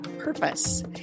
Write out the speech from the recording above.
purpose